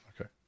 Okay